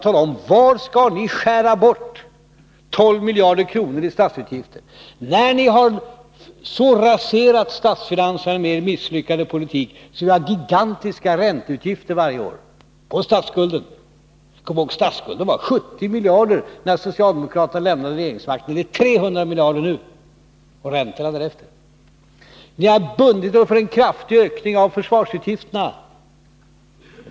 Tala om var ni skall skära bort 12 miljarder kronor i statsutgifter, när ni har så raserat statsfinanserna med er misslyckade politik att vi har gigantiska ränteutgifter varje år på statsskulden. Vi skall komma ihåg att statsskulden var 70 miljarder när socialdemokraterna lämnade regeringsmakten. Den är 300 miljarder nu — och räntorna är därefter. Ni har bundit er för en kraftig ökning av försvarsutgifterna.